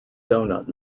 donut